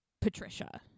Patricia